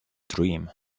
dream